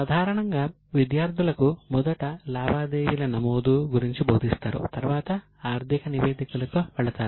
సాధారణంగా విద్యార్థులకు మొదట లావాదేవీల నమోదు గురించి బోధిస్తారు తరువాత ఆర్థిక నివేదికలకు వెళతారు